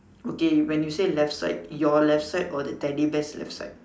okay when you say left side your left side or the teddy bear's left side